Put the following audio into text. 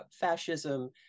fascism